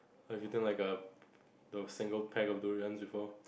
like you think like a single pack of durian before